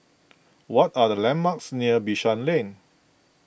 what are the landmarks near Bishan Lane